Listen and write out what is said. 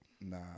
Nah